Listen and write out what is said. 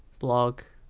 blog,